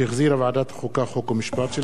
שהחזירה ועדת החוקה, חוק ומשפט.